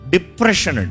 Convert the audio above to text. Depression